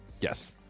Yes